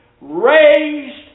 raised